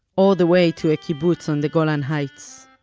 all the way to a kibbutz on the golan heights.